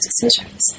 decisions